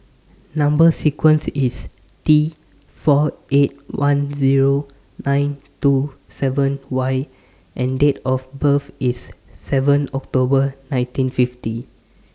Number sequence IS T four eight one Zero nine two seven Y and Date of birth IS seven October nineteen fifty